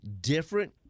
different